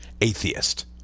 atheist